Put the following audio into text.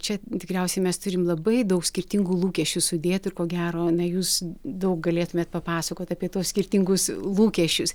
čia tikriausiai mes turim labai daug skirtingų lūkesčių sudėt ir ko gero na jūs daug galėtumėt papasakot apie tuos skirtingus lūkesčius